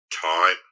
Time